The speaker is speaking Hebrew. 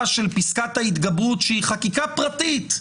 של פסקת ההתגברות שהיא חקיקה פרטית,